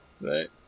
Right